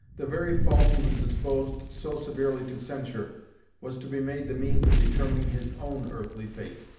the very fault he was disposed so severely to censure was to be made the means of determining his own earthly fate.